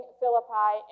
philippi